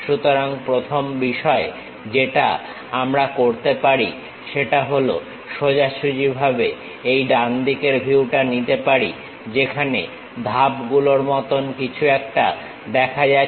সুতরাং প্রথম বিষয় যেটা আমরা করতে পারি সেটা হল সোজাসুজিভাবে এই ডানদিকের ভিউটা নিতে পারি যেখানে ধাপগুলোর মতো কিছু একটা দেখা যাচ্ছে